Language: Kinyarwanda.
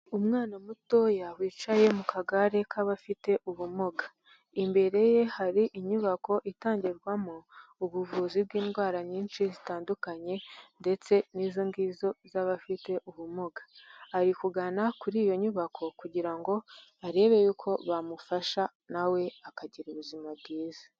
Umwana mutoya, wicaye mu kagare k'abafite ubumuga. Imbere ye hari inyubako itangirwamo ubuvuzi bw'indwara nyinshi zitandukanye ndetse n'izo ngizo z'abafite ubumuga. Ari kugana kuri iyo nyubako kugira ngo arebe y'uko bamufasha na we akagira ubuzima bwiza.